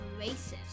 racist